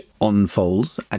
unfolds